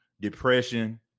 depression